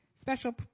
Special